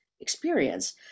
experience